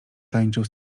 tańczył